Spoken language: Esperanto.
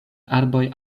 arboj